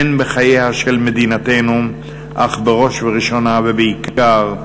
הן בחייה של מדינתנו, אך בראש ובראשונה, ובעיקר,